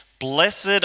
Blessed